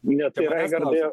ne tai raigardai